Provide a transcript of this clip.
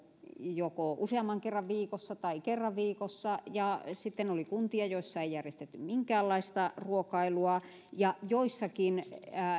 joko useamman kerran viikossa tai kerran viikossa ja sitten oli kuntia joissa ei järjestetty minkäänlaista ruokailua ja joissakin